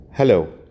Hello